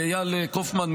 לאיל קופמן,